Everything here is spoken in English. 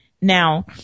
Now